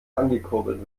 angekurbelt